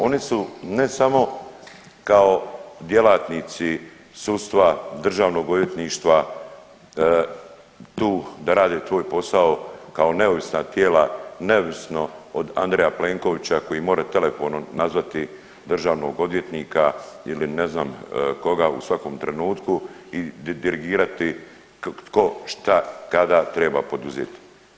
Oni su ne samo kao djelatnici sustava DOV-a tu da rade tvoj posao kao neovisna tijela neovisno od Andreja Plenkovića koji more telefonom nazvati državnog odvjetnika ili ne znam koga u svakom trenutku i dirigirati tko, šta, kada treba poduzeti.